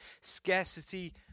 scarcity